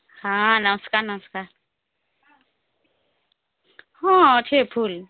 ହଁ ନମସ୍କାର ନମସ୍କାର ହଁ ଅଛି ଫୁଲ୍